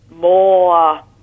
More